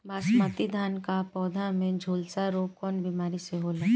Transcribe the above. बासमती धान क पौधा में झुलसा रोग कौन बिमारी से होला?